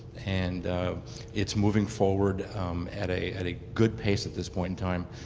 and it's moving forward at a at a good pace at this point in time.